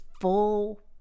full